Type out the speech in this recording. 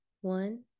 one